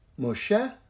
Moshe